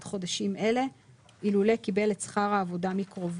חודשים אלה אילולא קיבל את שכר העבודה מקרובו.